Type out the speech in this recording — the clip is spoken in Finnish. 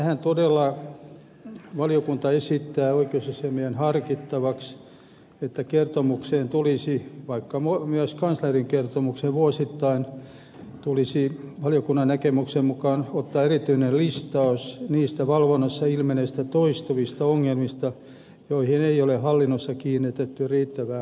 valiokunta todella esittää oikeusasiamiehen harkittavaksi että kertomukseen vaikka myös kanslerin kertomukseen tulisi vuosittain valiokunnan näkemyksen mukaan ottaa erityinen listaus niistä valvonnassa ilmenneistä toistuvista ongelmista joihin ei ole hallinnossa kiinnitetty riittävää huomiota